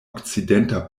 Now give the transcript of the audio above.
okcidenta